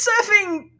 surfing